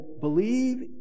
believe